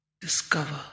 Discover